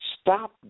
Stop